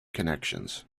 connections